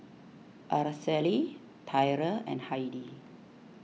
Araceli Tyrell and Heidi